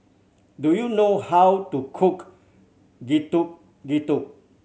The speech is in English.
do you know how to cook Getuk Getuk